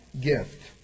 gift